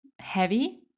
heavy